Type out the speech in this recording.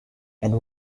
and